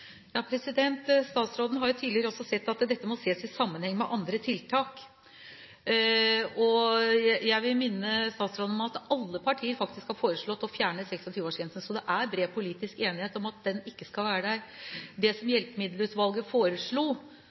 Statsråden har tidligere også sagt at dette må ses i sammenheng med andre tiltak. Jeg vil minne statsråden om at alle partier faktisk har foreslått å fjerne 26-årsgrensen, så det er bred politisk enighet om at den ikke skal være der. Det Hjelpemiddelutvalget foreslo,